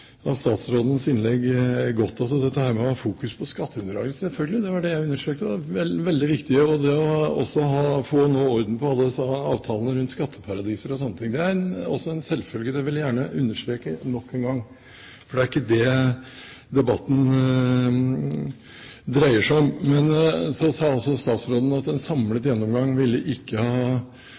av statsrådens innlegg godt – altså dette med å ha fokus på skatteunndragelse – selvfølgelig, det var det jeg understreket. Det er veldig viktig. Også det å få orden på alle disse avtalene rundt skatteparadisene og slike ting er en selvfølge. Det vil jeg gjerne understreke nok en gang, for det er ikke det debatten dreier seg om. Så sa også statsråden at en samlet gjennomgang ikke ville ha